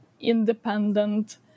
independent